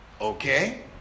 Okay